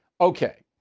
Okay